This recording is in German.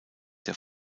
der